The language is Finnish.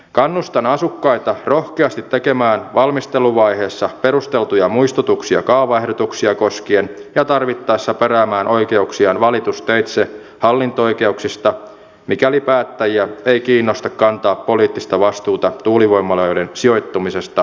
kannustan asukkaita rohkeasti tekemään valmisteluvaiheessa perusteltuja muistutuksia kaavaehdotuksia koskien ja tarvittaessa peräämään oikeuksiaan valitusteitse hallinto oikeuksista mikäli päättäjiä ei kiinnosta kantaa poliittista vastuuta tuulivoimaloiden sijoittumisesta kuntiensa alueella